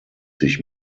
sich